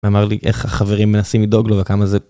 אמר לי איך החברים מנסים לדאוג לו, וכמה זה...